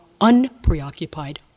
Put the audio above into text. unpreoccupied